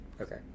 Okay